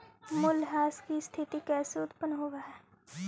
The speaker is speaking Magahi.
मूल्यह्रास की स्थिती कैसे उत्पन्न होवअ हई?